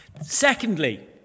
Secondly